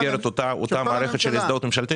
במסגרת אותה מערכת של הזדהות ממשלתית?